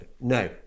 No